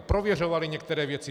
Prověřovaly některé věci.